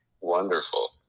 Wonderful